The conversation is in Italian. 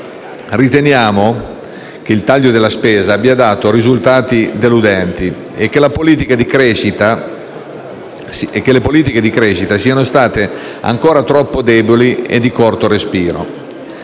Riteniamo che il taglio della spesa abbia dato risultati deludenti e che le politiche di crescita siano state ancora troppo deboli e di corto respiro.